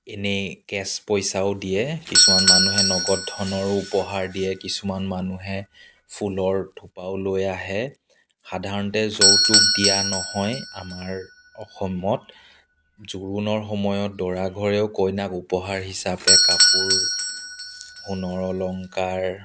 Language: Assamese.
এনেই কেছ পইচাও দিয়ে কিছুমান মানুহে নগদ ধনৰো উপহাৰ দিয়ে কিছুমান মানুহে ফুলৰ থোপাও লৈ আহে সাধাৰণতে যৌতুক দিয়া নহয় আমাৰ ইয়াত অসমত জোৰোণৰ সময়ত দৰাঘৰেও কইনাক উপহাৰ হিচাপে কাপোৰ সোনৰ অলংকাৰ